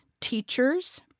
teachers